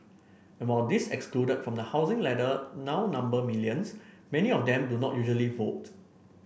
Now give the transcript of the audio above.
and while those excluded from the housing ladder now number millions many of them do not usually vote